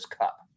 cup